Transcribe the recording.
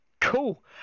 Cool